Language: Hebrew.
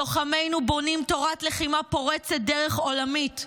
לוחמינו בונים תורת לחימה פורצת דרך עולמית,